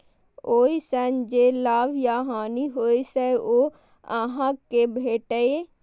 ओइ सं जे लाभ या हानि होइ छै, ओ अहां कें भेटैए